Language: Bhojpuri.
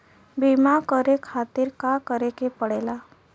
बीमा करे खातिर का करे के पड़ेला?